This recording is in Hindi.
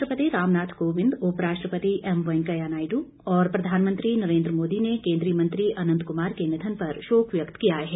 राष्ट्रपति रामनाथ कोविंद उपराष्ट्रपति एम वेंकैया नायडू और प्रधानमंत्री नरेन्द्र मोदी ने केन्द्रीय मंत्री अनंत कुमार के निधन पर शोक व्यक्त किया है